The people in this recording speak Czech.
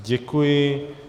Děkuji.